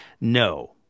No